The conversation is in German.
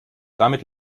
damit